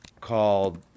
called